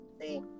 See